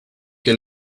que